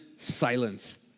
Silence